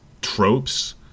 tropes